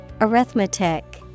Arithmetic